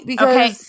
Okay